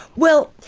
well,